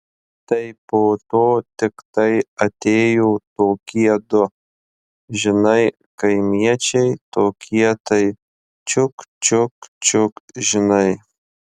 tai po to tiktai atėjo tokie du žinai kaimiečiai tokie tai čiuk čiuk čiuk žinai